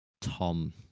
Tom